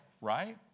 Right